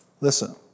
Listen